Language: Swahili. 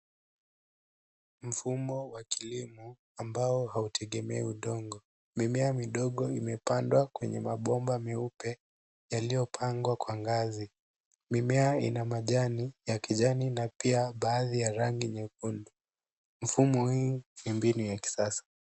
Mfumo wa kilimo ambao hautegemei udongo. Mimea midogo imepandwa kwenye mabomba meupe yaliyopangwa kwa ngazi. Mimea ina majani ya kijani na pia baadhi ya rangi nyekundu. Mfumo huu ni mbinu ya kisasa.